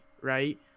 right